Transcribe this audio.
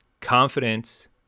confidence